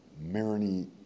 Marini